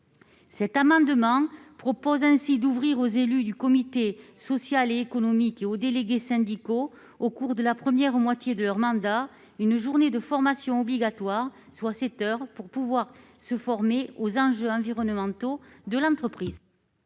Cette amende demain propose ainsi d'ouvrir aux élus du comité social et économique et aux délégués syndicaux au cours de la première moitié de leur mandat, une journée de formation obligatoire, soit 7 heures pour pouvoir se former aux enjeux environnementaux de l'entreprise.